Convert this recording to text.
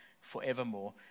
forevermore